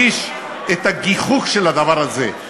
הכוח הדורסני של